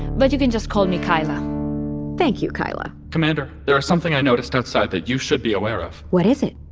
but you can just call me keila thank you, keila commander, there is something i noticed outside that you should be aware of what is it?